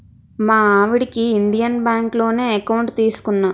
మా ఆవిడకి ఇండియన్ బాంకులోనే ఎకౌంట్ తీసుకున్నా